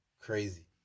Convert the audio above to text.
Crazy